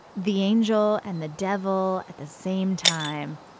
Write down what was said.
the angel and the devil at the same time.